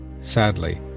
Sadly